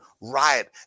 riot